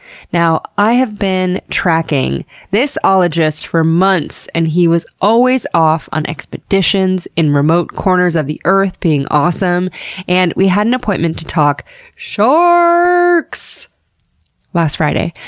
i have been tracking this ologist for months and he was always off on expeditions in remote corners of the earth being awesome and we had an appointment to talk shaaaarks last friday,